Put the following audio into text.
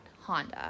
Honda